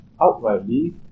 outrightly